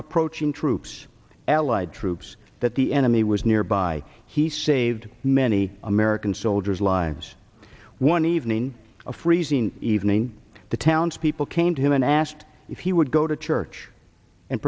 approaching troops allied troops that the enemy was nearby he saved many american soldiers lives one evening a freezing evening the townspeople came to him and asked if he would go to church and